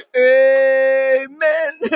amen